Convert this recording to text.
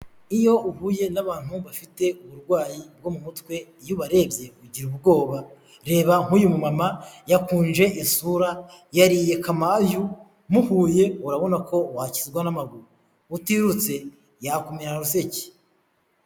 Iyo uhuye n'abantu bafite uburwayi bwo mu mutwe, iyo ubarebye ugira ubwoba. Reba nk'uyu mumama yakunje isura, yariye kamayu, muhuye urabona ko wakizwa n'amaguru, utirutse yakumera ruseke.